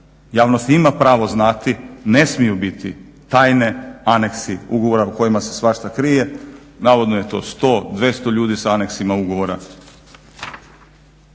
javnost ima pravo znati, ne smiju biti tajne, aneksi ugovora u kojima se svašta krije. Navodno je to sto, dvjesto ljudi sa aneksima ugovora.